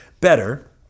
better